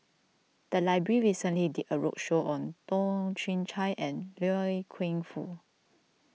the library recently did a roadshow on Toh Chin Chye and Loy Keng Foo